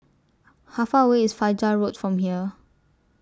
How Far away IS Fajar Road from here